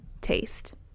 taste